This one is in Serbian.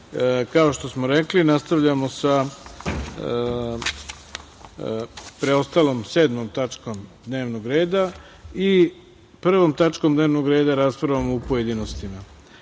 Kao što smo rekli, nastavljamo sa preostalom sedmom tačkom dnevnog reda i prvom tačkom dnevnog reda, raspravom u pojedinostima.